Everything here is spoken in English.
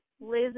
liz